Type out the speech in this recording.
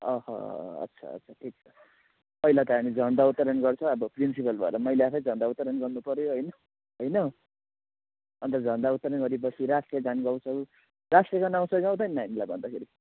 अह अच्छा अच्छा ठिक छ पहिला त हामी झन्डा उत्तोलन गर्छ अब प्रिन्सिपल भएर मैले आफै झन्डा उत्तोलन गर्नुपऱ्यो हैन हैन अन्त झन्डा उत्तोलन गरेपछि राष्ट्रिय गान गाउँछौ राष्ट्रिय गान आउँछ कि आउँदैन नानीलाई भन्दाखेरि